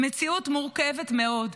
מציאות מורכבת מאוד,